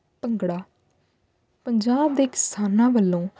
ਭੰਗੜਾ ਪੰਜਾਬ ਦੇ ਕਿਸਾਨਾਂ ਵੱਲੋਂ